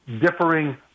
differing